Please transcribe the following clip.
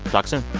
talk soon